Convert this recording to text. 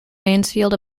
mansfield